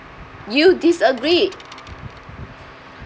you disagree